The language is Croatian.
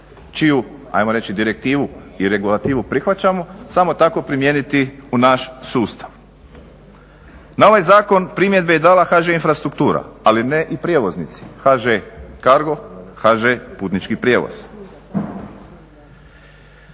čiju ajmo reći direktivu i regulativu prihvaćamo samo tako primijeniti u naš sustav. Na ovaj zakon primjedbe je dala i HŽ Infrastruktura, ali ne i prijevoznici HŽ Cargo, HŽ Putnički prijevoz.